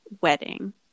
wedding